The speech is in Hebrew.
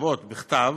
לצוות בכתב